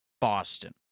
Boston